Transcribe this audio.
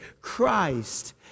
Christ